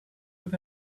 with